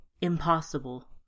Impossible